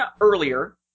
earlier